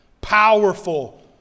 powerful